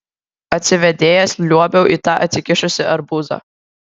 atsivėdėjęs liuobiau į tą atsikišusį arbūzą